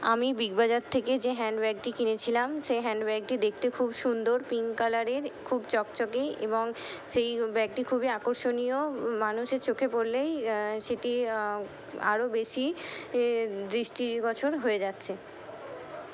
আমি বিগবাজার থেকে যে হ্যান্ডব্যাগটি কিনেছিলাম সেই হ্যান্ডব্যাগটি দেখতে খুব সুন্দর পিঙ্ক কালারের খুব চকচকেই এবং সেই ব্যাগটি খুবই আকর্ষণীয় মানুষের চোখে পড়লেই সেটি আরও বেশি দৃষ্টিগোছর হয়ে যাচ্ছে